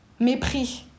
mépris